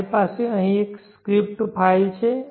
મારી પાસે અહીં એક સ્ક્રિપ્ટ ફાઇલ છે